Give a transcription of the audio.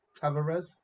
Tavares